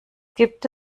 gibt